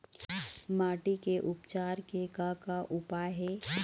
माटी के उपचार के का का उपाय हे?